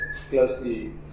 closely